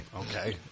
Okay